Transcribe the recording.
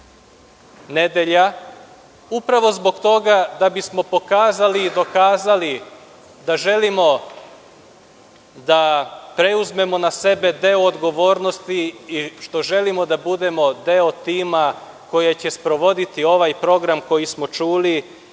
nedelja, upravo zbog toga da bismo pokazali i dokazali da želimo da preuzmemo na sebe deo odgovornosti i da želimo da budemo deo tima koji će sprovoditi ovaj program koji smo čuli